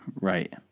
right